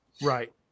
Right